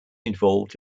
involved